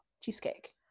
cheesecake